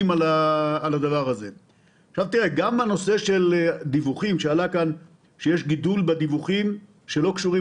עלה כאן הנושא שיש גידול בדיווחים שלא קשורים